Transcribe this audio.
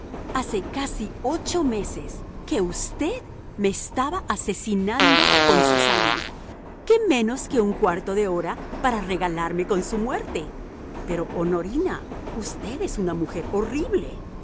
hace casi ocho meses que usted me estaba asesinando con su salud qué menos que un cuarto de hora para regalarme con su muerte pero honorina usted es una mujer horrible